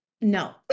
no